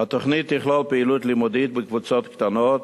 התוכנית תכלול פעילות לימודית בקבוצות קטנות,